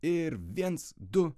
ir viens du